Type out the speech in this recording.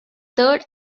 third